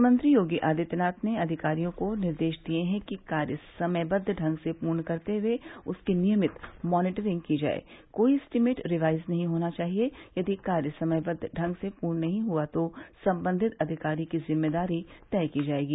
मुख्यमंत्री योगी आदित्यनाथ ने अधिकारियों को निर्देश दिये कि कार्य समयबद्व ढंग से पूर्ण करते हुए उसकी नियमित मानीटरिंग की जाये कोई स्टीमेट रिवाइज नही होना चाहिए यदि कार्य समयबद्व ढंग से पूर्ण नही हुआ तो संबंधित अधिकारी की जिम्मेदारी तय की जायेगी